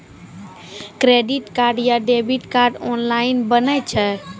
Credit card या debit card online बनै छै?